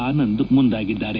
ಆನಂದ್ ಮುಂದಾಗಿದ್ದಾರೆ